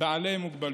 בעלי מוגבלויות.